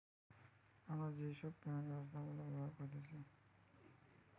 আমরা যেই সব পেমেন্ট ব্যবস্থা গুলা ব্যবহার করতেছি